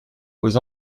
aux